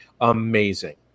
amazing